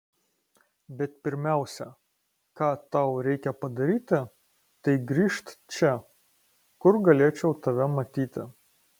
bet pirmiausia ką tau reikia padaryti tai grįžt čia kur galėčiau tave matyti